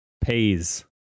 Pays